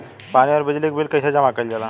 पानी और बिजली के बिल कइसे जमा कइल जाला?